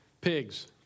Pigs